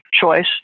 choice